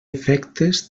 efectes